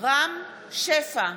רם שפע,